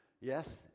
Yes